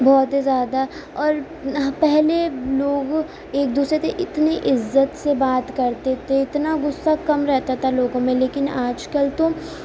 بہت ہی زیادہ اور پہلے لوگ ایک دوسرے کی اتنی عزت سے بات کرتے تھے اتنا غصہ کم رہتا تھا لوگوں میں لیکن آج کل تو